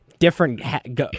Different